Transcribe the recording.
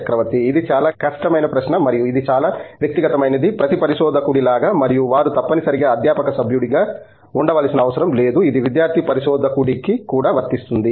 చక్రవర్తి ఇది చాలా కష్టమైన ప్రశ్న మరియు ఇది చాలా వ్యక్తిగతమైనది ప్రతి పరిశోధకుడి లాగే మరియు వారు తప్పనిసరిగా అధ్యాపక సభ్యుడిగా ఉండవలసిన అవసరం లేదు ఇది విద్యార్థి పరిశోధకుడికి కూడా వర్తిస్తుంది